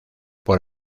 por